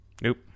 Nope